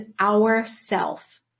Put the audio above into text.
ourself